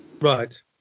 Right